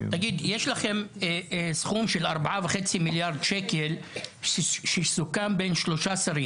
ויש ארבע יחידות דיור שלא מקימים אותן בגלל שאין כביש גישה.